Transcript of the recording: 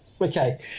Okay